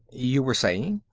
you were saying?